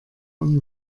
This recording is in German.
und